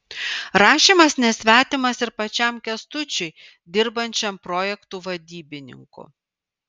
rašymas nesvetimas ir pačiam kęstučiui dirbančiam projektų vadybininku